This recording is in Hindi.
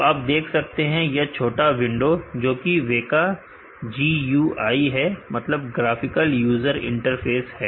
तो आप देख सकते हैं यह छोटा विंडो जो कि वेका GUI है